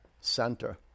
center